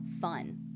fun